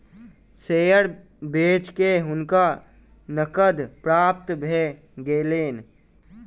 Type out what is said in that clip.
share बेच के हुनका नकद प्राप्त भ गेलैन